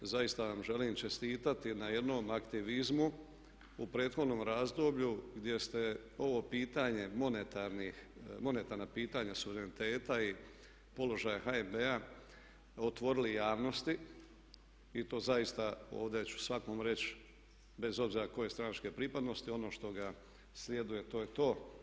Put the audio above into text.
Zaista vam želim čestitati na jednom aktivizmu u prethodnom razdoblju gdje ste ovo pitanje monetarnih, monetarna pitanja suvereniteta i položaja HNB-a otvorili javnosti i to zaista ovdje ću svakom reći bez obzira koje stranačke pripadnosti ono što ga sljeduje to je to.